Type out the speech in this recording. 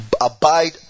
abide